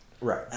Right